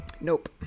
Nope